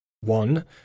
one